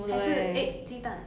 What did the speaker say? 还是 egg 鸡蛋